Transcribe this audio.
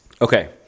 Okay